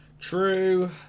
True